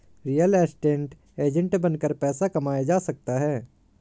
real estate agent बनकर पैसा कमाया जा सकता है